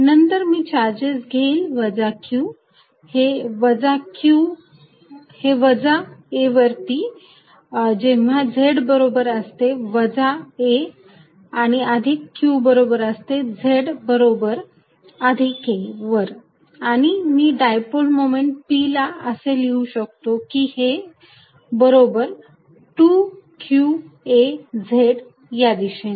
नंतर मी चार्जेस घेईल वजा q हे वजा a वरती जेव्हा z बरोबर असते वजा a आणि अधिक q हे असते z बरोबर अधिक a वर आणि मी डायपोल मोमेंट p ला असे लिहू शकतो की हे बरोबर 2 q a z या दिशेने